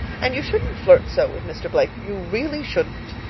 and you shouldn't flirt so with mr. blake you really shouldn't.